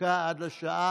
הפסקה עד לשעה